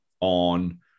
on